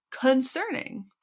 concerning